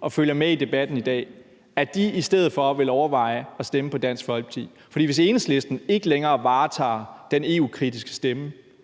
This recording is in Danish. og følger med i debatten i dag, i stedet for vil overveje at stemme på Dansk Folkeparti. For hvis Enhedslisten ikke længere varetager den EU-kritiske stemme